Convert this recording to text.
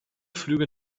flüge